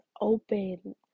open